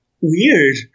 weird